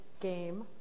game